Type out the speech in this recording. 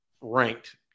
ranked